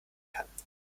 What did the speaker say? kann